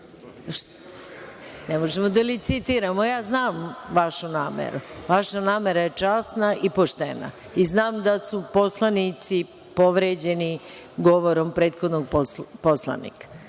Ne možemo da licitiramo. Ja znam vašu nameru. Vaša namera je časna i poštena i znam da su poslanici povređeni govorom prethodnog poslanika